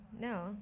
no